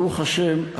ברוך השם,